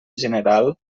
general